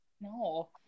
No